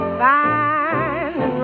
fine